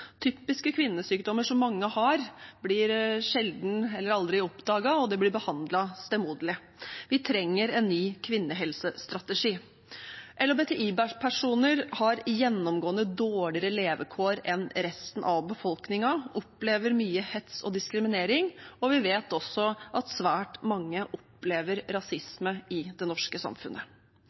Typiske kvinnesykdommer som mange har, blir sjelden eller aldri oppdaget, og de blir behandlet stemoderlig. Vi trenger en ny kvinnehelsestrategi. LHBTI-personer har gjennomgående dårligere levekår enn resten av befolkningen. De opplever mye hets og diskriminering. Vi vet også at svært mange opplever rasisme i det norske samfunnet.